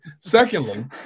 Secondly